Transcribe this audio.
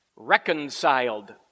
Reconciled